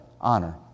honor